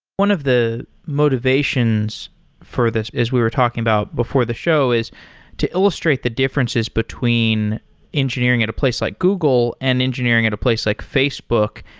one of the motivations for this as we were talking about before the show is to illustrate the differences between engineering at a place like google and engineering at a place like facebook.